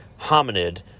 hominid